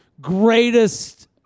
greatest